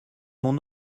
mon